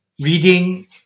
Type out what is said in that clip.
reading